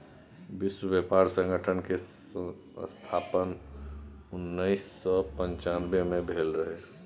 विश्व बेपार संगठन केर स्थापन उन्नैस सय पनचानबे मे भेल रहय